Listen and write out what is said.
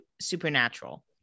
Supernatural